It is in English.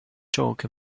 talk